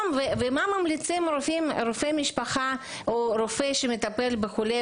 ורופא המשפחה או הרופא המטפל בחולה